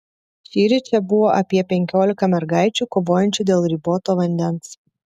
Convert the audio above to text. šįryt čia buvo apie penkiolika mergaičių kovojančių dėl riboto vandens